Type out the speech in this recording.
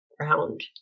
round